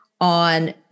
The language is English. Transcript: on